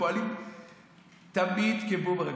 הן פועלות תמיד כבומרנג.